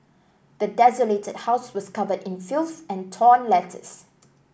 the desolated house was covered in filth and torn letters